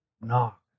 knock